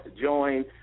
join